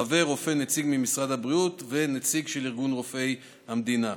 חבר שהוא רופא נציג משרד הבריאות ונציג של ארגון רופאי המדינה.